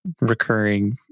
recurring